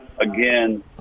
Again